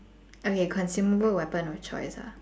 okay consumable weapon of choice ah